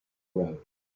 road